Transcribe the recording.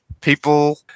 people